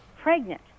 pregnant